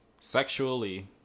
Sexually